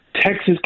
Texas